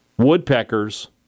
Woodpeckers